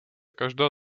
každá